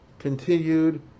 continued